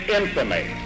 infamy